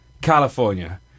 California